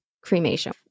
cremation